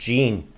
Gene